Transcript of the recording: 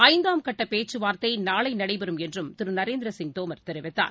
ஐந்தாம் கட்டபேச்சுவார்த்தைநாளைநடைபெறும் என்றும் திருநரேந்திரசிங் தோமர் தெரிவித்தார்